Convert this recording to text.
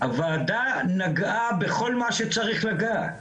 הוועדה נגעה בכל מה שצריך לגעת,